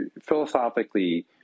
philosophically